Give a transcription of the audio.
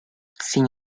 sin